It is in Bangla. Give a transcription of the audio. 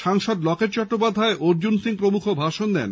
সাংসদ লকেট চট্টোপাধ্যায় অর্জুন সিং প্রমুখ ভাষণ দেন